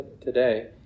today